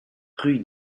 rue